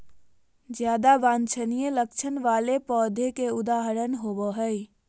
ज्यादा वांछनीय लक्षण वाले पौधों के उदाहरण होबो हइ